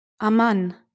Aman